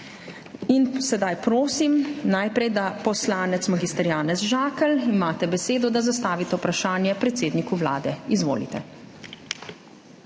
Sedaj, prosim, najprej poslanec mag. Janez Žakelj, imate besedo, da zastavite vprašanje predsedniku Vlade. Izvolite.